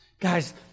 Guys